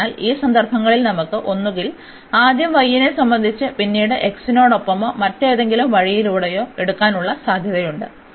അതിനാൽ ഈ സന്ദർഭങ്ങളിൽ നമുക്ക് ഒന്നുകിൽ ആദ്യം y നെ സംബന്ധിച്ചും പിന്നീട് x നോടൊപ്പമോ മറ്റേതെങ്കിലും വഴികളിലൂടെയോ എടുക്കാനുള്ള സാധ്യതയുണ്ട്